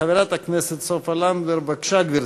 חברת הכנסת סופה לנדבר, בבקשה, גברתי.